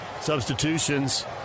Substitutions